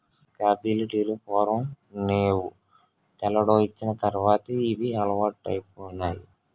కాపీలు టీలు పూర్వం నేవు తెల్లోడొచ్చిన తర్వాతే ఇవి అలవాటైపోనాయి